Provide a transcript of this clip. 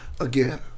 again